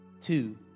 Two